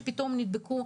שפתאום נדבקו.